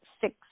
six